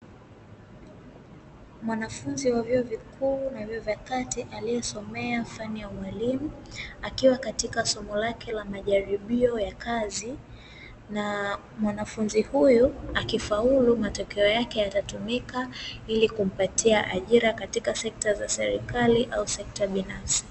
Mwanafunzi wa vyuo kikuu na vyuo cha kati aliyesomea fani ya ualimu, akiwa katika somo lake la majaribia ya kazi, na mwanafunzi huyu, akifaulu matokeo yake yatatumika ili kumpatia ajira katika sekta za serikali au sekta binafsi.